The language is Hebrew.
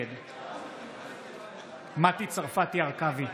נגד מטי צרפתי הרכבי,